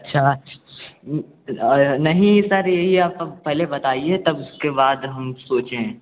अच्छा नहीं सर यही आप हम पहले बताइए तब उसके बाद हम सोचें